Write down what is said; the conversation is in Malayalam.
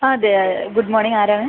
അതെ ഗുഡ് മോർണിംഗ് ആരാണ്